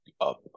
up